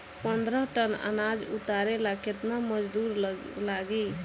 पन्द्रह टन अनाज उतारे ला केतना मजदूर लागी?